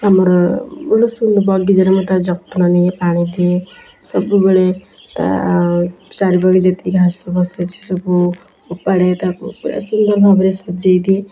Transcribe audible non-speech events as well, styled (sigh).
ଆମର (unintelligible) ବଗିଚା ଯତ୍ନ ନିଏ ପାଣି ଦିଏ ସବୁବେଳେ ତା ଚାରିପାଖ ଯେତିକି ଘାସଫାସ ହୋଇଛି ସବୁ ଉପାଡ଼େ ତାକୁ ପ୍ରାୟ ସୁନ୍ଦର ଭାବରେ ସଜେଇ ଦିଏ